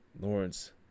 Lawrence